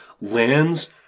lands